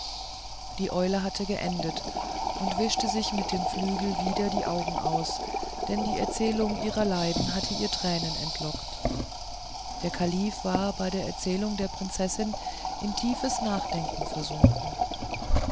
die eule hatte geendet und wischte sich mit dem flügel wieder die augen aus denn die erzählung ihrer leiden hatte ihr tränen entlockt der kalif war bei der erzählung der prinzessin in tiefes nachdenken versunken